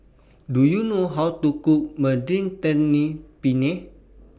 Do YOU know How to Cook Mediterranean Penne